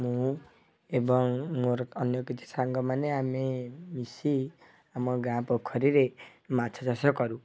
ମୁଁ ଏବଂ ମୋର ଅନ୍ୟ କିଛି ସାଙ୍ଗମାନେ ଆମେ ମିଶି ଆମ ଗାଁ ପୋଖରୀରେ ମାଛ ଚାଷ କରୁ